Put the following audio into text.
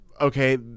okay